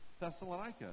Thessalonica